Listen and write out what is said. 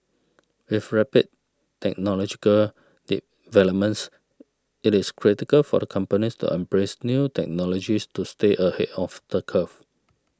with rapid technological developments it is critical for a companies to embrace new technologies to stay ahead of the curve